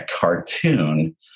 cartoon